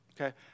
Okay